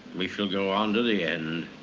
we shall go on to the end.